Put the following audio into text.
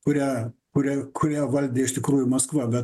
kurią kurią kurią valdė iš tikrųjų maskva vat